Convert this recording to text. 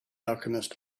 alchemist